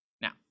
Now